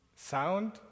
sound